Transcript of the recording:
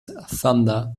thunder